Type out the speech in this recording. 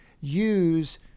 use